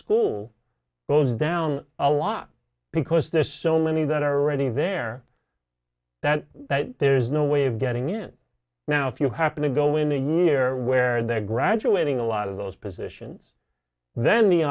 school goes down a lot because there's so many that are already there that there's no way of getting in now if you have to go in a year where they're graduating a lot of those positions then